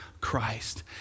Christ